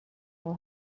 will